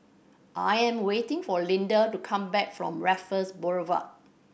I am waiting for Linda to come back from Raffles Boulevard